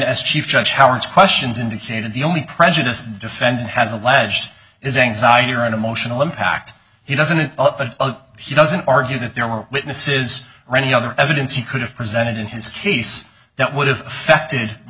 as chief judge howard's questions indicated the only prejudice defendant has alleged is anxiety or an emotional impact he doesn't it up but he doesn't argue that there were witnesses or any other evidence he could have presented in his case that would have affected the